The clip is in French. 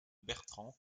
bertrand